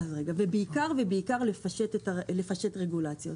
ובעיקר לפשט רגולציות.